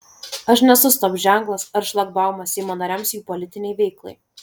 aš nesu stop ženklas ar šlagbaumas seimo nariams jų politinei veiklai